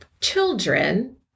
children